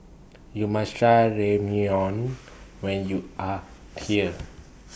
YOU must Try Ramyeon when YOU Are here